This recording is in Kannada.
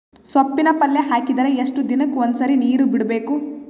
ಸೊಪ್ಪಿನ ಪಲ್ಯ ಹಾಕಿದರ ಎಷ್ಟು ದಿನಕ್ಕ ಒಂದ್ಸರಿ ನೀರು ಬಿಡಬೇಕು?